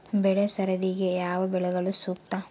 ಬೆಳೆ ಸರದಿಗೆ ಯಾವ ಬೆಳೆಗಳು ಸೂಕ್ತ?